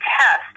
test